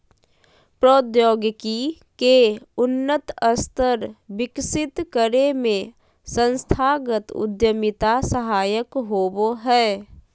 प्रौद्योगिकी के उन्नत स्तर विकसित करे में संस्थागत उद्यमिता सहायक होबो हय